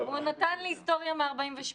הוא נתן לי היסטוריה מ-48,